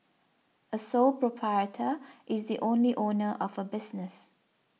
a sole proprietor is the only owner of a business